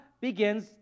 begins